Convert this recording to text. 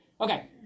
Okay